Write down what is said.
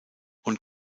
und